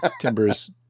timbers